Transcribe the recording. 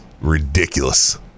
ridiculous